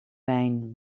wijn